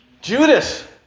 Judas